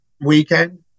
weekend